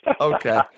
Okay